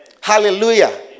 Hallelujah